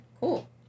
Cool